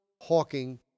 hawking